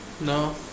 No